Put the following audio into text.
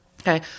Okay